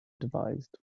devised